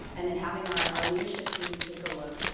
and then having our our leadership teams take a look,